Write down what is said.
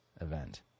event